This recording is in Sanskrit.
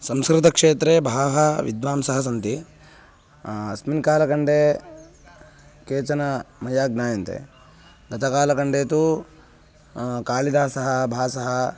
संस्कृतक्षेत्रे बहवः विद्वांसः सन्ति अस्मिन् कालकण्डे केचन मया ज्ञायन्ते गतकालकण्डे तु कालिदासः भासः